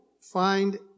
find